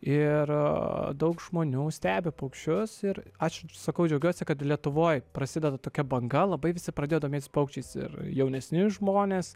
ir daug žmonių stebi paukščius ir aš sakau džiaugiuosi kad ir lietuvoj prasideda tokia banga labai visi pradėjo domėtis paukščiais ir jaunesni žmonės